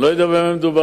אני לא יודע במה מדובר,